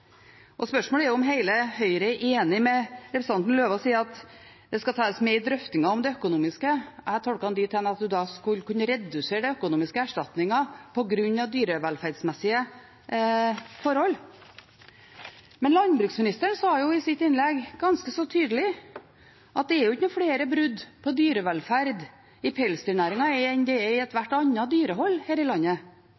seg. Spørsmålet er om hele Høyre er enig med representanten Eidem Løvaas når han sier at det skal tas med i drøftingen om det økonomiske. Jeg har tolket ham dit hen at en skal kunne redusere den økonomiske erstatningen på grunn av dyrevelferdsmessige forhold. Men landbruksministeren sa i sitt innlegg ganske så tydelig at det er ikke flere brudd på dyrevelferden i pelsdyrnæringen enn det er i